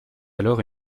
alors